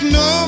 no